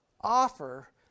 offer